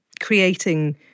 creating